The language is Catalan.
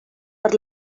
per